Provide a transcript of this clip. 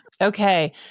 Okay